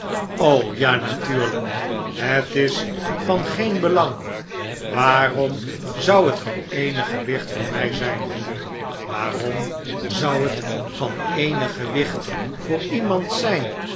ja natuurlijk het is van geen belang waarom zou het van eenig gewicht voor mij zijn waarom zou het van eenig gewicht voor iemand zijn